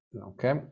okay